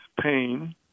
pain